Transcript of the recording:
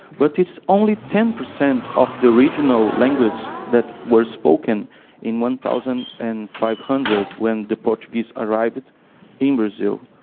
but it's only ten percent of the regional language that was spoken in one thousand and five hundred when the portuguese arrived in brazil.